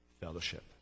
fellowship